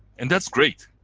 and that's great.